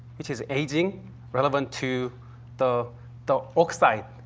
it is aging relevant to the the oxide,